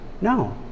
No